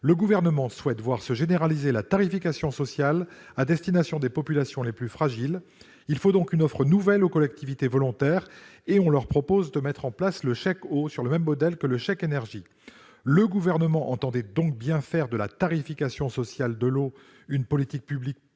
Le Gouvernement souhaite voir se généraliser la tarification sociale à destination des populations les plus fragiles. » Il faut donc une offre nouvelle aux collectivités volontaires, et on leur propose de mettre en place le chèque eau, sur le même modèle que le chèque énergie. Le Gouvernement entend donc bien faire de la tarification sociale de l'eau une politique publique